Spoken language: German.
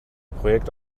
projekt